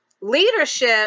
leadership